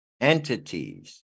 entities